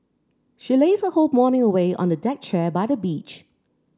she lazed her whole morning away on the deck chair by the beach